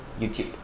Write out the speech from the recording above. YouTube